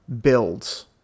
builds